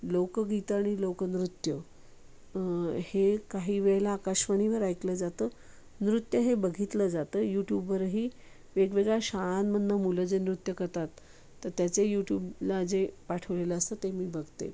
लोकगीतं आणि लोकनृत्य हे काही वेळेला आकाशवाणीवर ऐकलं जातं नृत्य हे बघितलं जातं यूट्यूबवरही वेगवेगळ्या शाळांमधून मुलं जे नृत्य करतात तर त्याचे यूट्यूबला जे पाठवलेलं असतं ते मी बघते